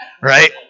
Right